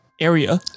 area